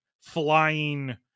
flying